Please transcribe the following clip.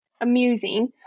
amusing